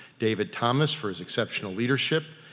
david thomas, for his exceptional leadership,